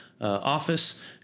office